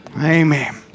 Amen